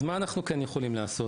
אז מה אנחנו כן יכולים לעשות?